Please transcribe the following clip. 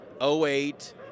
08